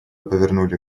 повернули